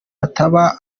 ataba